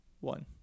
one